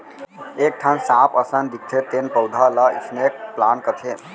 एक ठन सांप असन दिखथे तेन पउधा ल स्नेक प्लांट कथें